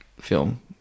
film